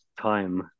time